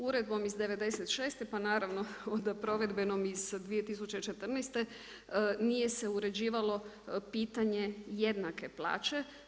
Uredbom iz '96., pa naravno onda provedbenom iz 2014. nije se uređivalo pitanje jednake plaće.